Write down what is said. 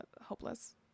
hopeless